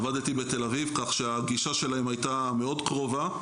עבדתי בתל אביב, כך שהגישה שלהם הייתה מאוד קרובה.